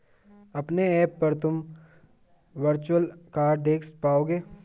अपने ऐप पर तुम वर्चुअल कार्ड देख पाओगे